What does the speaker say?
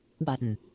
button